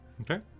Okay